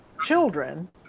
children